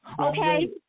okay